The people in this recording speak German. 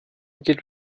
gibt